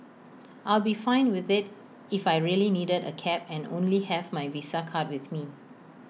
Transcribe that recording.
I'll be fine with IT if I really needed A cab and only have my visa card with me